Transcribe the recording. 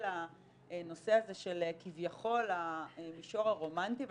הנושא הזה של כביכול המישור הרומנטי.